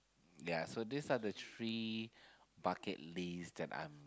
ya so these are the three bucket list that I'm